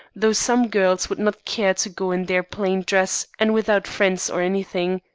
though some girls would not care to go in their plain dress and without friends or anything.